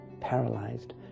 paralyzed